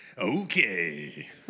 Okay